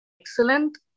excellent